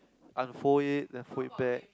unfold it then fold it back